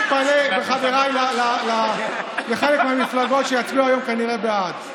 אני מתפלא על חבריי בחלק מהמפלגות שיצביעו היום כנראה בעד.